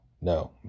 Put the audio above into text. no